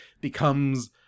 becomes